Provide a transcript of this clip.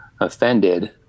offended